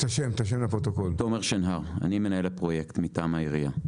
אני תומר שנהר, ואני מנהל הפרויקט מטעם העירייה.